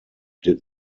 did